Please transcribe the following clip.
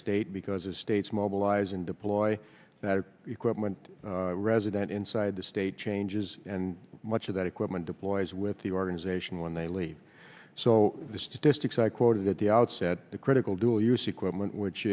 state because the states mobilize and deploy that are equipment resident inside the state changes and much of that equipment deploys with the organization when they leave so the statistics i quoted at the outset a critical dual use equipment which